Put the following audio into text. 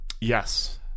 Yes